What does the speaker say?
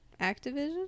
Activision